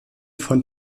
von